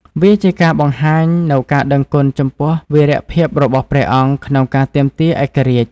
វាជាការបង្ហាញនូវការដឹងគុណចំពោះវីរភាពរបស់ព្រះអង្គក្នុងការទាមទារឯករាជ្យ។